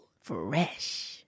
Fresh